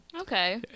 Okay